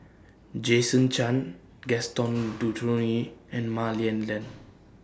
Jason Chan Gaston and Mah Lian Len